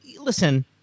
listen